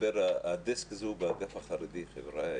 הדסק הזה הוא באגף החרדי, חבריא.